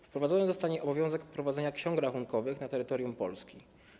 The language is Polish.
Wprowadzony zostanie obowiązek prowadzenia ksiąg rachunkowych na terytorium Polski.